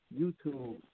YouTube